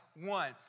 One